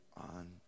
on